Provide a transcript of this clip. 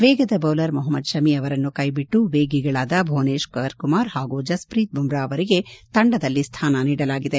ವೇಗದ ಬೌಲರ್ ಮೊಹಮದ್ ಶಮಿ ಅವರನ್ನು ಕೈಬಿಟ್ಟು ವೇಗಿಗಳಾದ ಭುವನೇಶ್ವರ್ ಕುಮಾರ್ ಹಾಗೂ ಜಸ್ಪ್ರೀತ್ ಬುಮ್ರಾ ಅವರಿಗೆ ತಂಡದಲ್ಲಿ ಸ್ಥಾನ ನೀಡಲಾಗಿದೆ